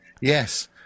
yes